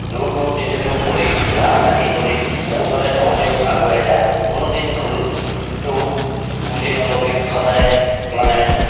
দূৰ দূৰ তিনি দূৰ কৰি লাজ কাটি কৰি মোৰ দৰে তহঁতেও আগুৱাই যা কোনো দিন ভুলটো বুজি নল'বি সদায় মানে